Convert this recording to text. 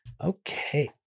Okay